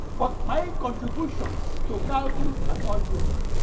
but my contributions to calculus and algebra